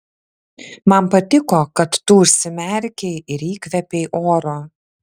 man patiko kad tu užsimerkei ir įkvėpei oro